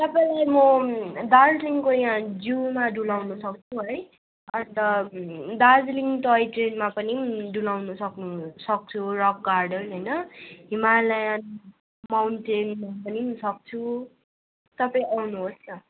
तपाईँलाई म दार्जिलिङको या जूमा डुलाउन सक्छु है अन्त दार्जिलिङ टोय ट्रेनमा पनि डुलाउन सक्नु सक्छु रक गार्डन होइन हिमालयन माउन्टेन सक्छु तपाईँ आउनु होस् न